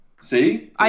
See